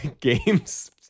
Games